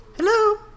Hello